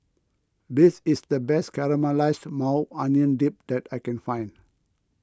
this is the best Caramelized Maui Onion Dip that I can find